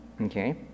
Okay